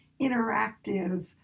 interactive